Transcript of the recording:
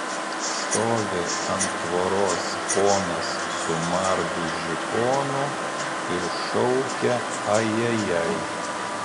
stovi ant tvoros ponas su margu žiponu ir šaukia ajajai